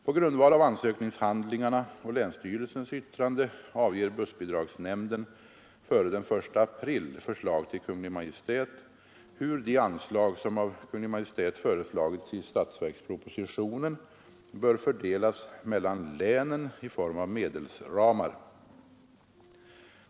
På grundval av ansökningshandlingarna och länsstyrelsens yttrande avger bussbidragsnämnden före den 1 april förslag till Kungl. Maj:t hur de anslag som av Kungl. Maj:t föreslagits i statsverkspropositionen bör fördelas mellan länen i form av medelsramar.